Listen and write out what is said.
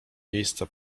miejsca